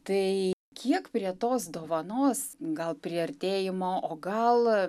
tai kiek prie tos dovanos gal priartėjimo o gal